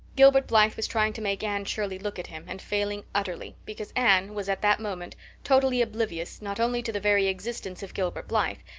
gilbert blythe was trying to make anne shirley look at him and failing utterly, because anne was at that moment totally oblivious not only to the very existence of gilbert blythe,